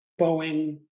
Boeing